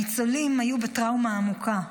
הניצולים היו בטראומה עמוקה,